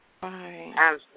right